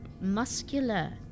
muscular